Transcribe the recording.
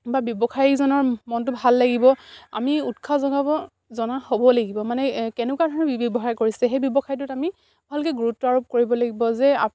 বা ব্যৱসায়ীজনৰ মনটো ভাল লাগিব আমি উৎসাহ জনাব জনা হ'ব লাগিব মানে কেনেকুৱা ধৰণৰ ব্যৱসায় কৰিছে সেই ব্যৱসায়টোত আমি ভালকে গুৰুত্ব আৰোপ কৰিব লাগিব যে